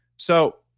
so,